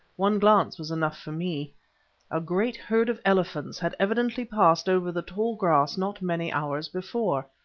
one glance was enough for me a great herd of elephants had evidently passed over the tall grass not many hours before.